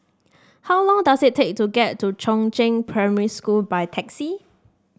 how long does it take to get to Chongzheng Primary School by taxi